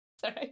Sorry